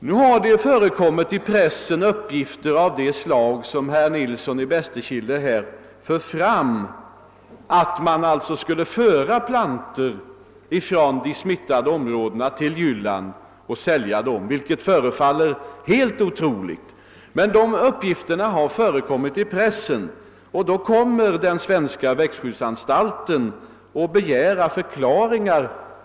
I pressen har förekommit uppgifter av det slag som herr Nilsson i Bästekille för fram, nämligen att plantor skulle säljas från de smittade områdena till Jylland, vilket förefaller helt otroligt. Men sådana uppgifter har som sagt lämnats i pressen, och den svenska växtskyddsanstalten kommer att begära förklaringar.